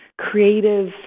creative